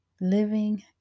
Living